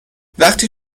وقتی